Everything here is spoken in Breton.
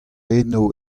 eno